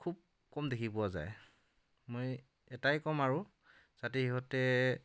খুব কম দেখি পোৱা যায় মই এটাই ক'ম আৰু যাতে সিহঁতে